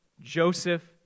Joseph